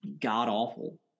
god-awful